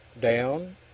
down